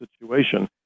situation